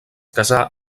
casà